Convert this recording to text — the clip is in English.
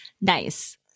nice